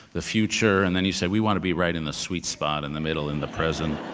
the future, and then you say, we want to be right in the sweet spot, in the middle, in the present.